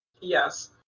Yes